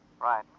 Right